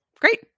great